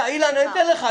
אילן, אתן לך.